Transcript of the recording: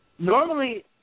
Normally